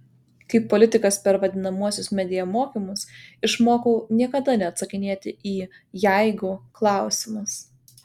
kaip politikas per vadinamuosius media mokymus išmokau niekada neatsakinėti į jeigu klausimus